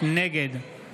נגד